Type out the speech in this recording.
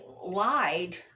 lied